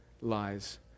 lies